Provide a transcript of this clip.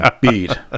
beat